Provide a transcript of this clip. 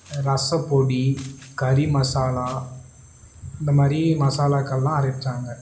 ரசப்பொடி கறி மசாலா இந்த மாதிரி மசாலாக்கள்லாம் அரைச்சாங்க